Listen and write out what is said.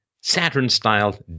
Saturn-style